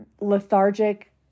lethargic